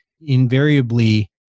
invariably